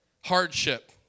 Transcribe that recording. hardship